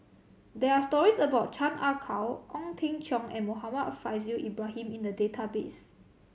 there are stories about Chan Ah Kow Ong Teng Cheong and Muhammad Faishal Ibrahim in the database